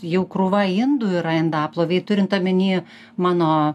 jau krūva indų yra indaplovėj turint omeny mano